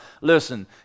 listen